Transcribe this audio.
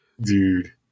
dude